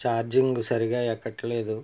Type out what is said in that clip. charging సరిగ్గా ఎక్కట్లేదు